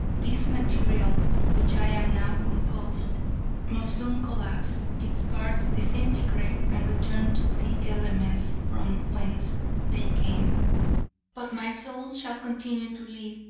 this material of which i am now composed must soon collapse, its parts disintegrate and return to the elements from whence they came but my soul shall continue to live,